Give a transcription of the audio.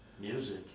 Music